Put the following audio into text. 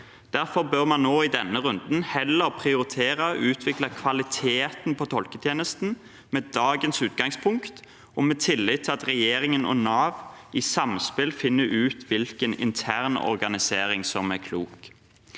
Derfor bør man nå i denne runden heller prioritere å utvikle kvaliteten på tolketjenesten med dagens utgangspunkt og med tillit til at regjeringen og Nav i samspill finner ut hvilken intern organisering som er klok.